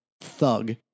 thug